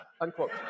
unquote